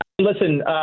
listen